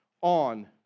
on